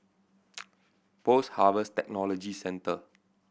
Post Harvest Technology Centre